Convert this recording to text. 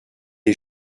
les